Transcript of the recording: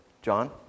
John